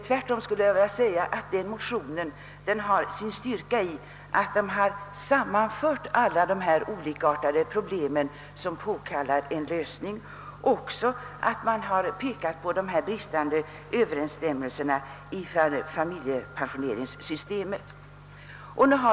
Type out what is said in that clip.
Tvärtom anser jag att motionerna har sin styrka i att de sammanför de olikartade problem som påkallar en lösning och också pekar på de bristande överensstämmelserna mellan familjepensioneringssystemen.